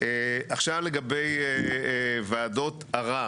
עכשיו לגבי ועדות ערר.